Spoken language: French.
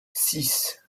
six